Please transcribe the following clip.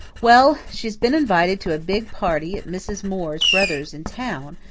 well, she's been invited to a big party at mrs. moore's brother's in town,